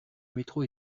métro